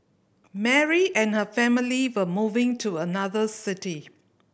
Mary and her family were moving to another city